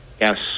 Yes